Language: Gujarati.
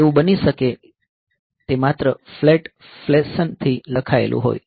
એવું બની શકે કે તે માત્ર ફ્લેટ ફેશન થી લખાયેલું હોય